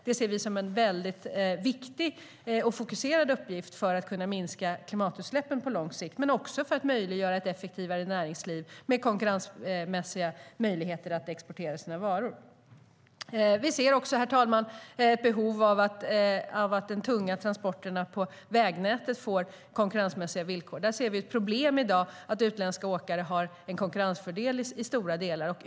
Det ser vi som en mycket viktig uppgift att fokusera på för att kunna minska klimatutsläppen på lång sikt men också för att möjliggöra ett effektivare näringsliv med konkurrensmässiga möjligheter att exportera sina varor. Herr talman! Vi ser också ett behov av att de tunga transporterna på vägnätet får konkurrensmässiga villkor. Där ser vi ett problem i dag. Utländska åkare har i stora delar en konkurrensfördel.